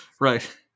right